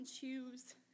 choose